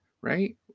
right